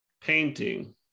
painting